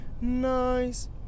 Nice